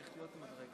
של חברי